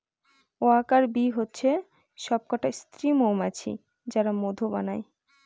worker bee হচ্ছে সবকটা স্ত্রী মৌমাছি যারা মধু বানায়